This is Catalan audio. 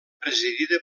presidida